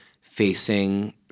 facing